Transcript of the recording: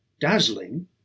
dazzling